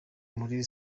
muri